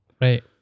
Right